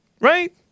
Right